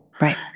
Right